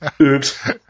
Oops